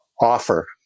offer